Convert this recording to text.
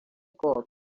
gold